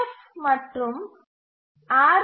F மற்றும் R